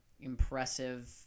impressive